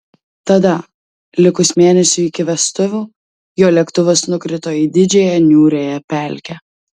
tada likus mėnesiui iki vestuvių jo lėktuvas nukrito į didžiąją niūriąją pelkę